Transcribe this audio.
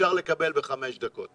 אפשר לקבל בחמש דקות.